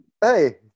Hey